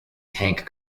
tank